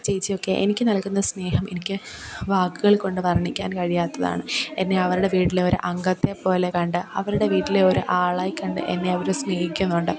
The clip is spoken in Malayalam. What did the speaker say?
ചേച്ചിയൊക്കെ എനിക്ക് നൽകുന്ന സ്നേഹം എനിക്ക് വാക്കുകൾ കൊണ്ട് വർണിക്കാൻ കഴിയാത്തതാണ് എന്നെ അവരുടെ വീട്ടിലെ ഒര് അംഗത്തെപോലെ കണ്ട് അവരുടെ വീട്ടിലെ ഒരു ആളായി കണ്ട് എന്നെ അവര് സ്നേഹിക്കുന്നുണ്ട്